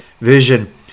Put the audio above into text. vision